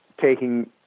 taking